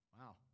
Wow